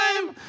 time